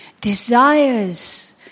desires